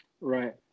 Right